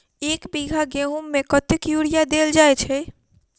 एक बीघा गेंहूँ मे कतेक यूरिया देल जाय छै?